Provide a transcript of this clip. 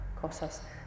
cosas